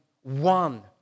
one